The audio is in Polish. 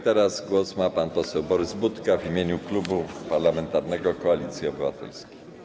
Teraz głos ma pan poseł Borys Budka w imieniu Klubu Parlamentarnego Koalicja Obywatelska.